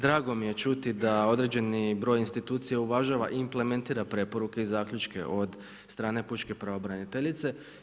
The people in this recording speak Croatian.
Drago mi je čuti da određeni broj institucija uvažava i implementira preporuke i zaključke od strane pučke pravobraniteljice.